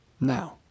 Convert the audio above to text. Now